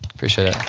appreciate it